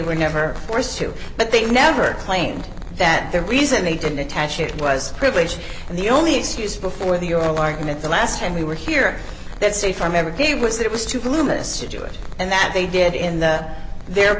were never forced to but they never claimed that the reason they didn't attach it was privilege and the only excuse before the oral argument the last time we were here that say from ever gave was that it was too clueless to do it and that they did in the their